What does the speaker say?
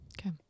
Okay